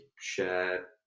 share